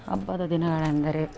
ಹಬ್ಬದ ದಿನಗಳೆಂದರೆ